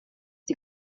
die